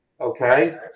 Okay